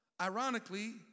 ironically